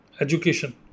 education